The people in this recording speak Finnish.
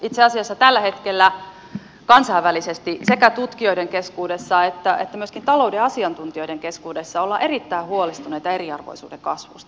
itse asiassa tällä hetkellä kansainvälisesti sekä tutkijoiden keskuudessa että myöskin talouden asiantuntijoiden keskuudessa ollaan erittäin huolestuneita eriarvoisuuden kasvusta